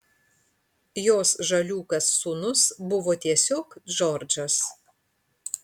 jos žaliūkas sūnus buvo tiesiog džordžas